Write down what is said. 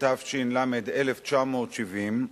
התש"ל 1970,